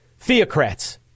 theocrats